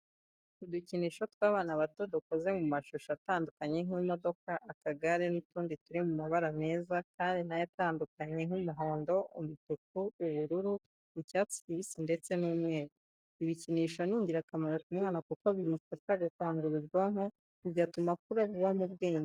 Udukinisho tw'abana bato dukoze mu mashusho atandukanye nk'imodoka, akagare n'utundi turi mu mabara meza kandi nayo atandukanye, nk'umuhondo, umutuku, ubururu, icyatsi kibisi ndetse n'umweru. Ibikinisho ni ingirakamaro ku mwana kuko bimufasha gukangura ubwonko, bigatuma akura vuba mu bwenge.